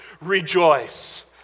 rejoice